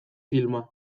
filma